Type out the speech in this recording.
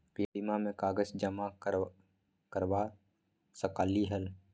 बीमा में कागज जमाकर करवा सकलीहल?